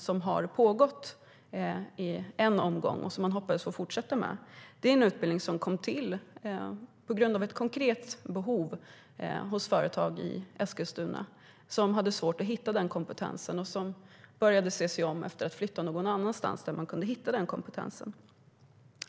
Den har pågått i en omgång, och man hoppades få fortsätta med utbildningen. Det är en utbildning som inrättades på grund av ett konkret behov hos företag i Eskilstuna som hade svårt att hitta kompetensen och som började se sig om för att flytta någon annanstans där de kunde hitta kompetensen.